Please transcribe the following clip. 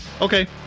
Okay